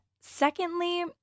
secondly